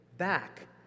back